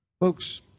Folks